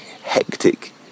hectic